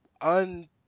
un